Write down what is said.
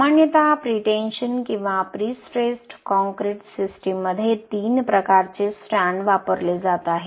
सामान्यत प्रीटेन्शन किंवा prestressed concrete सिस्टममध्ये तीन प्रकारचे स्ट्रँड वापरले जात आहेत